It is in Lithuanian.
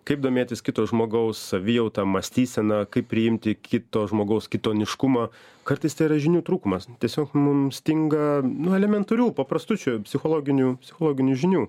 kaip domėtis kito žmogaus savijauta mąstysena kaip priimti kito žmogaus kitoniškumą kartais tai yra žinių trūkumas tiesiog mum stinga nu elementarių paprastų čia psichologinių psichologinių žinių